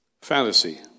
fantasy